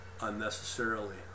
unnecessarily